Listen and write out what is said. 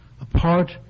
apart